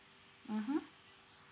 mmhmm